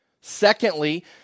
Secondly